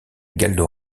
gallo